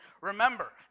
Remember